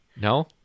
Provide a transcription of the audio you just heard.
No